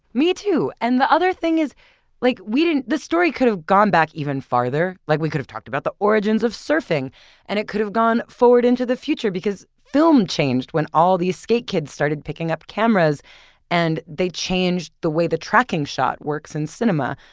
me too. and the other thing is like the story could have gone back even farther. like we could have talked about the origins of surfing and it could have gone forward into the future because film changed when all these skate kids started picking up cameras and they changed the way the tracking shot works in cinema.